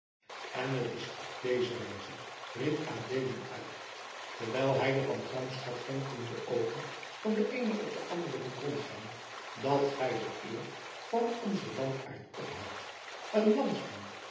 en het is op deze wijze riep adeelen uit terwijl hij de van gramschap vonkelende oogen van den eenen op den anderen liet rondgaan dat gij de eer van onzen landaard ophoudt een landsman